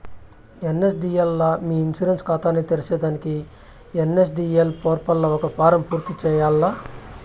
NSDL లా మీ insurance కాతాని తెర్సేదానికి ఎన్.ఎస్.డి.ఎల్ పోర్పల్ల ఒక ఫారం పూర్తి చేయాల్ల